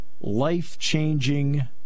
life-changing